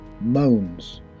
moans